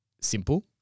simple